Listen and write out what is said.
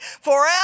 forever